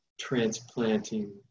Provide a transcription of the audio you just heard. transplanting